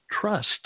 trust